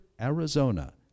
Arizona